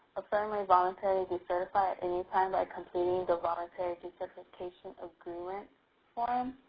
a firm may voluntary decertify any time by completing the voluntary decertification agreement form.